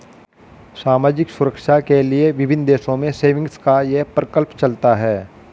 सामाजिक सुरक्षा के लिए विभिन्न देशों में सेविंग्स का यह प्रकल्प चलता है